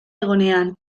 egonean